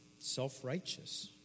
self-righteous